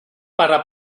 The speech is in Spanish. para